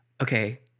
okay